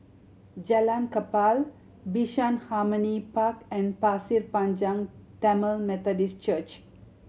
Jalan Kapal Bishan Harmony Park and Pasir Panjang Tamil Methodist Church